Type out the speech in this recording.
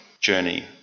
journey